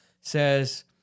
says